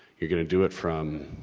you're gonna do it from.